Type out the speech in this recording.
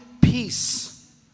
peace